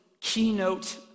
keynote